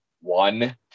one